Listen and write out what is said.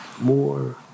more